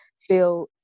feel